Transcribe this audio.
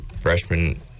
freshman